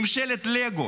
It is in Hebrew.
ממשלת לגו.